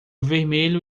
vermelho